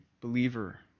believer